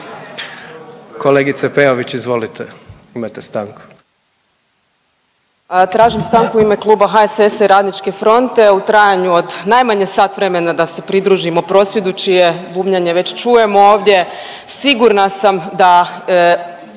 Kolegice Peović izvolite, imate stanku. **Peović, Katarina (RF)** Tražim stanku u ime Kluba HSS-a i RF-a u trajanju od najmanje sat vremena da se pridružimo prosvjedu čije bubnjanje već čujemo ovdje. Sigurna sam da